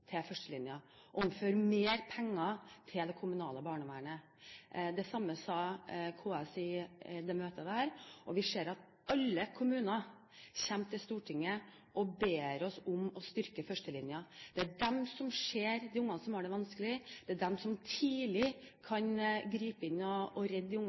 til førstelinjen, overfør mer penger til det kommunale barnevernet. Det samme sa KS i dette møtet, og vi ser at alle kommuner kommer til Stortinget og ber oss om å styrke førstelinjen. Det er de som ser de barna som har det vanskelig, det er de som tidlig kan gripe inn og